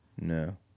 No